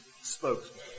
spokesman